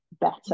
better